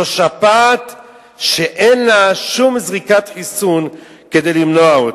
זו שפעת שאין שום זריקת חיסון כדי למנוע אותה.